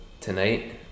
tonight